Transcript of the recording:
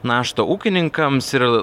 naštą ūkininkams ir